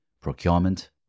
procurement